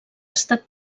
estat